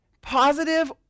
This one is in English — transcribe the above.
positive